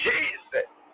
Jesus